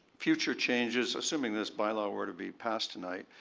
future changes, assuming this by law were to be passed tonight,